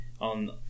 on